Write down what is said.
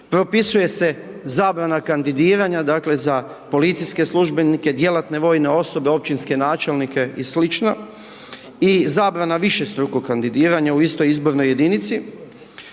Propisuje se zabrana kandidiranja, dakle, za policijske službenike, djelatne vojne osobe, općinske načelnike i sl. i zabrana višestrukog kandidiranja u istoj izbornoj jedinici.